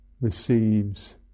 receives